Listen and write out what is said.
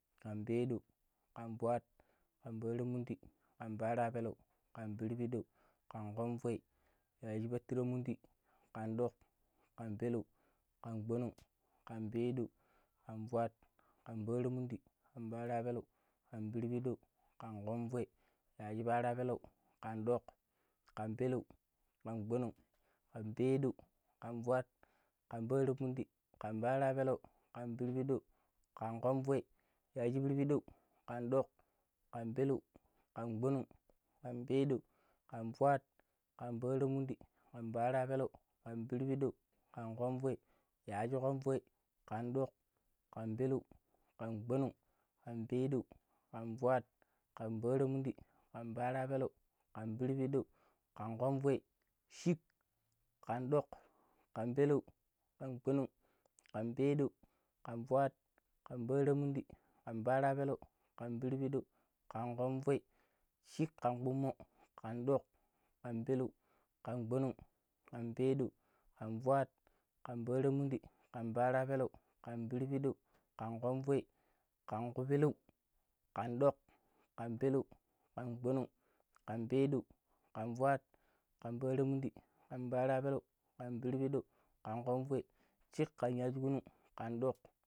﻿ƙan peedou, ƙan fuat, ƙan para mundi, ƙan pattira peleu, ƙan pirpidou, ƙan ƙonvoi, yaajipatramundi, ƙan ɗoƙ, ƙan peleu, kang gbonong, kan peeɗou ,kan fuat, ƙan pattiramundi, ƙan pattirapeleu, kan pirbidau, ƙan ƙonvoi, yaajiparapelau, ƙan ɗok, ƙan peleu, ƙan gbonong, ƙan peeɗou, ƙan fuat, ƙan paramundi, ƙan pattirapeleu, ƙan pirpiɗou, ƙan ƙonvoi, yaajipirpedau, ƙan ɗok, ƙan peleu, ƙan gbonong, ƙan peeɗou, ƙan fuat, ƙan paramundi, ƙan pattirapeleu, ƙan pirpiɗou, ƙan ƙonvoi, yajikonvoi ƙan ɗoƙ, ƙan peleu, kang gbonong kan peeɗou ,kan fuat, ƙan pattiramundi, ƙan pattirapeleu, kan pirbidau, ƙan ƙonvoi, sheek ƙan ɗok, ƙan peleu, ƙan gbonong, ƙan peeɗou, ƙan fuat, ƙan paramundi, ƙan pattirapeleu, ƙan pirpiɗou, ƙan ƙonvoi sheek, kan kpumo, ƙan ɗok, ƙan peleu, ƙan gbonong, ƙan peeɗou, ƙan fuat, ƙan paramundi, ƙan pattirapeleu, ƙn pirpiɗou, ƙan ƙonvoi, kan kupelau, ƙan ɗoƙ, ƙan peleu, kang gbonong, kan peeɗou ,kan fuat ƙan pattiramundi, ƙan pattirapeleu, kan pirbidau, ƙan ƙonvoi, sheekkanyagigunun, ƙan ɗok.